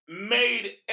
made